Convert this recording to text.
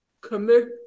commit